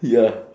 ya